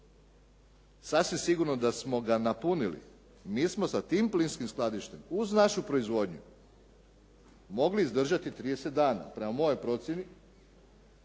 sasvim sigurno da smo ga napunili, mi smo sa tim plinskim skladištem uz našu proizvodnju mogli izdržati 30 dana prema mojoj procjeni.